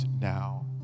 now